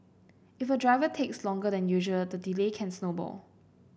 if a driver takes longer than usual the delay can snowball